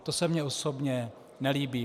To se mně osobně nelíbí.